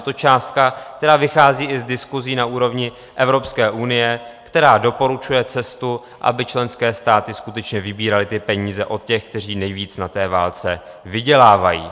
Je to částka, která vychází i z diskusí na úrovni Evropské unie, která doporučuje cestu, aby členské státy skutečně vybíraly ty peníze od těch, kteří nejvíc na té válce vydělávají.